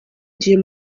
gihe